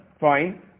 Fine